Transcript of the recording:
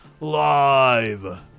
live